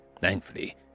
Thankfully